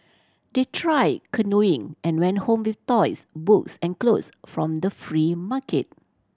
they tried canoeing and went home with toys books and clothes from the free market